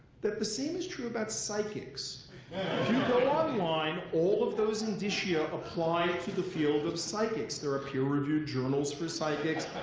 that the same is true about psychics. if you go online, all of those indicia apply to the field of psychics. there are peer reviewed journals for psychics,